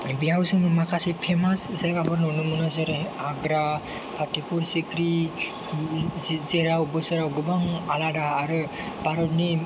बेयाव जोङो माखासे फेमास जायगाबो नुनो मोनो जेरै आग्रा फातेहपुर सिख्रि जेराव बोसोराव गोबां आलादा आरो भारतनि